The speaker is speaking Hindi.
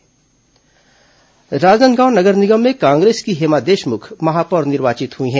राजनांदगांव महापौर राजनांदगांव नगर निगम में कांग्रेस की हेमा देशमुख महापौर निर्वाचित हुई है